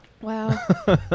Wow